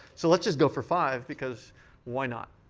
so let's just go for five, because why not?